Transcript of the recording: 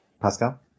Pascal